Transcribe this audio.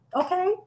okay